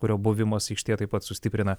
kurio buvimas aikštėje taip pat sustiprina